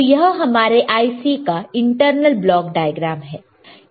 तो यह हमारा IC का इंटरनल ब्लॉक डायग्राम है